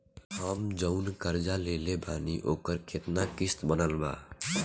हम जऊन कर्जा लेले बानी ओकर केतना किश्त बनल बा?